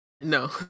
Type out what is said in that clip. No